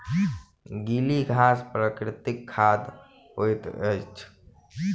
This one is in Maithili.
गीली घास प्राकृतिक खाद होइत अछि